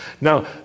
Now